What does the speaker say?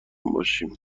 باشیم